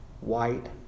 white